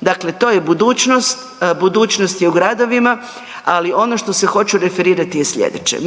dakle to je budućnost, budućnost je u gradovima. Ali ono što se hoću referirati je sljedeće,